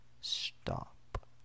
stop